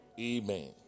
Amen